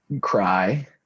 cry